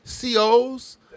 COs